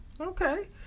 okay